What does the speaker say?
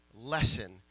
lesson